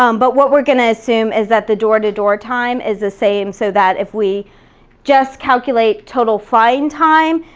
um but what we're gonna assume is that the door-to-door time is the same so that if we just calculate total flying time,